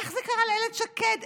איך זה קרה לאילת שקד?